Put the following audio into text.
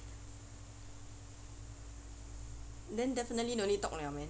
then definitely no need talk liao man